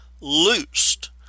loosed